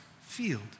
field